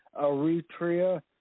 Eritrea